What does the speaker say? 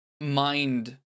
mind